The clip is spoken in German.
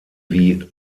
wie